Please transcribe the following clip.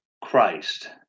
Christ